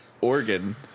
oregon